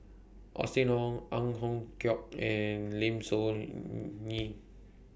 Austen Ong Ang Hiong Chiok and Lim Soo Ngee